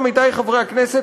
עמיתי חברי הכנסת,